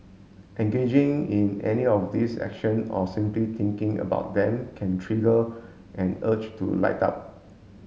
engaging in any of these action or simply thinking about them can trigger an urge to light up